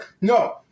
no